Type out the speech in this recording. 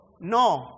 No